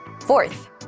Fourth